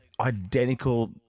identical